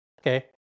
Okay